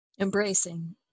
Embracing